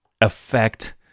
affect